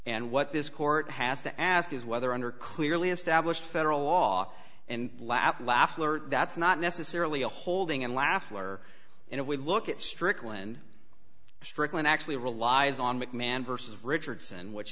and what this court has to ask is whether under clearly established federal law and lap laugh alert that's not necessarily a holding and laugh were in a way look at strickland strickland actually relies on mcmahon versus richardson which